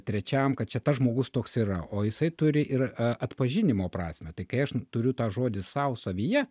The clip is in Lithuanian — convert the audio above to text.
trečiam kad čia tas žmogus toks yra o jisai turi ir atpažinimo prasmę tai kai aš turiu tą žodį sau savyje